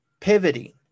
Pivoting